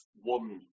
one